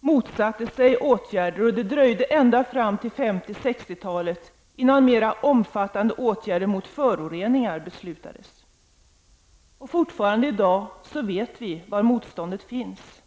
motsatte sig åtgärder, och det dröjde ända till 50 och 60-talen innan mera omfattande åtgärder mot föroreningar beslutades. Även nu vet vi var motståndet finns.